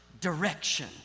direction